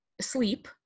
sleep